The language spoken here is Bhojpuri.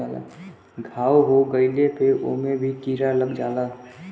घाव हो गइले पे ओमे भी कीरा लग जाला